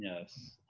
Yes